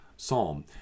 Psalm